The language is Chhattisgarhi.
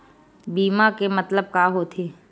बीमा के मतलब का होथे?